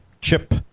chip